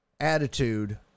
attitude